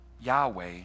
Yahweh